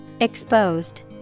Exposed